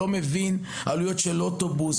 לא יכול להבין עלויות של אוטובוס,